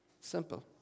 Simple